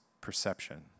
perception